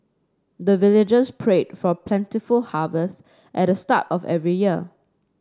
the villagers pray for plentiful harvest at the start of every year